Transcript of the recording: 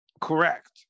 Correct